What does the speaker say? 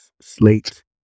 slate